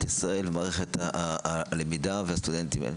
ישראל ובמערכת הלמידה והסטודנטים.